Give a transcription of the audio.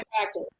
practice